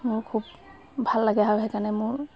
মোৰ খুব ভাল লাগে আৰু সেইকাৰণে মোৰ